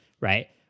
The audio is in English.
right